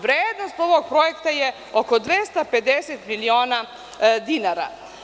Vrednost ovog projekta je oko 250 miliona dinara.